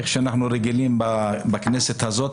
איך שאנחנו רגילים בכנסת הזאת,